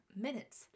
minutes